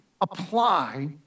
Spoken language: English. apply